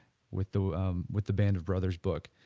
with the um with the band of brothers book.